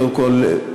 קודם כול,